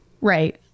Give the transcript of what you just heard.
Right